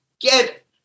get